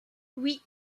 oui